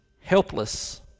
helpless